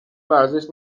ورزش